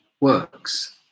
works